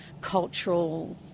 cultural